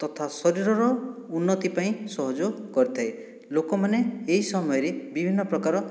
ତଥା ଶରୀରର ଉନ୍ନତି ପାଇଁ ସହଯୋଗ କରିଥାଏ ଲୋକମାନେ ଏହି ସମୟରେ ବିଭିନ୍ନ ପ୍ରକାର